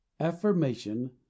affirmation